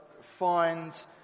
find